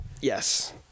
Yes